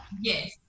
Yes